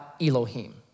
Elohim